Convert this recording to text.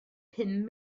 pum